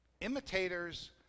Imitators